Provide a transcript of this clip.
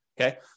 Okay